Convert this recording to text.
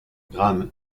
graham